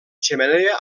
xemeneia